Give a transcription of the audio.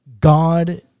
God